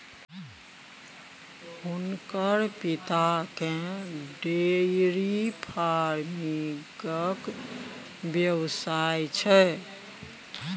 हुनकर पिताकेँ डेयरी फार्मिंगक व्यवसाय छै